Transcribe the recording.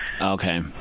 Okay